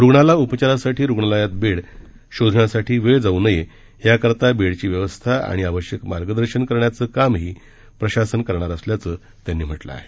रुग्णाला उपचारासाठी रुग्णालयात बेड अर्थात खाट शोधण्यासाठी वेळ जाऊ जाऊ नये यासाठी बेडची व्यवस्था आणि आवश्यक मार्गदर्शन करण्याचं कामही प्रशासनाकडून केलं जाणार असल्याचं त्यांनी म्हटलं आहे